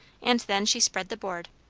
and then she spread the board.